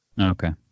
Okay